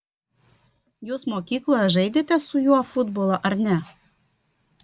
jūs mokykloje žaidėte su juo futbolą ar ne